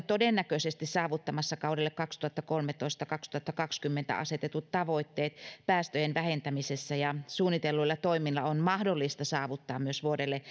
todennäköisesti saavuttamassa kaudelle kaksituhattakolmetoista viiva kaksituhattakaksikymmentä asetetut tavoitteet päästöjen vähentämisessä ja suunnitelluilla toimilla on mahdollista saavuttaa myös vuodelle